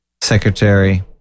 Secretary